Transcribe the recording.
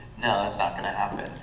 no, that's not going to happen.